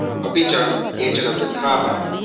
अपि च केचन वृद्धाः